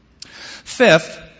Fifth